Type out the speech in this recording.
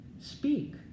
speak